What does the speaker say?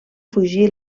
fugir